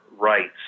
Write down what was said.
rights